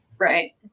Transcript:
Right